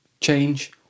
change